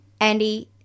Andy